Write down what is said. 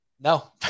No